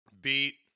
beat